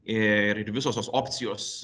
ir ir visos tos opcijos